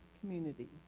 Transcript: community